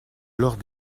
lors